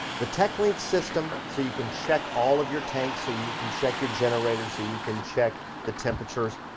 the techlink system so you can check all of your tanks, so you can check your generator, so you can check the temperatures.